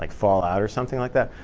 like fall out or something like that?